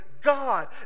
God